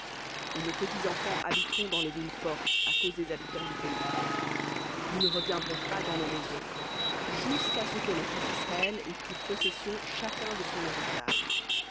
et nos petits enfants habiteront dans les villes fortes à cause des habitants du pays nous ne reviendrons pas dans nos maisons jusqu'à ce que les fils d'israël aient pris possession chacun de son héritage